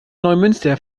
neumünster